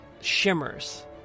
shimmers